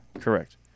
correct